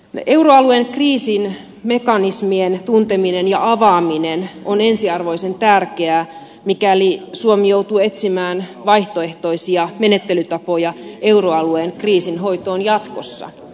euroalueen kriisin mekanismien tunteminen ja avaaminen on ensiarvoisen tärkeää mikäli suomi joutuu etsimään vaihtoehtoisia menettelytapoja euroalueen kriisinhoitoon jatkossa